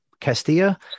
Castilla